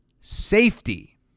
safety